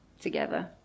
together